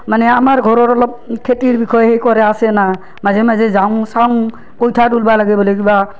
মানে আমাৰ ঘৰৰ অলপ খেতিৰ বিষয়ে সেই কৰা আছেনা মাজে মাজে যাউং চাউং কইঠাও তোলবা লাগে বোলে কিবা